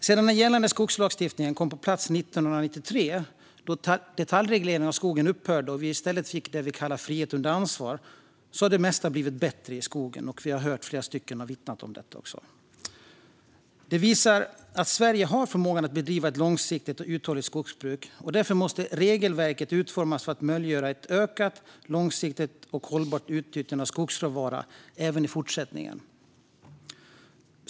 Sedan den gällande skogslagstiftningen kom på plats 1993, då detaljregleringen av skogen upphörde och vi i stället fick det vi kallar frihet under ansvar, har det mesta blivit bättre i skogen, vilket vi också har hört flera personer vittna om. Detta visar att Sverige har förmågan att bedriva ett långsiktigt och uthålligt skogsbruk, och därför måste regelverket utformas för att möjliggöra ett ökat, långsiktigt och hållbart utnyttjande av skogsråvara även i fortsättningen.